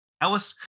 Ellis